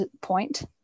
point